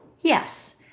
yes